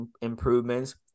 improvements